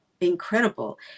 Incredible